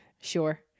Sure